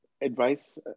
advice